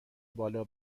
بالا